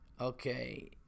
okay